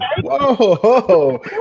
Whoa